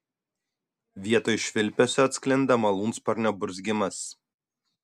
vietoj švilpesio atsklinda malūnsparnio burzgimas